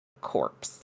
corpse